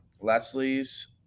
Leslie's